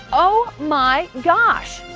oh my gosh!